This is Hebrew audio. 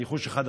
ניחוש אחד,